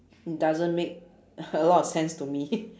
doesn't make a lot of sense to me